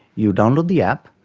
you download the app,